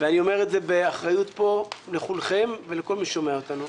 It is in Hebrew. אני אומר את זה באחריות פה לכולכם ולכל מי ששומע אותנו: